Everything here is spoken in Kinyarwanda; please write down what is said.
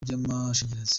by’amashanyarazi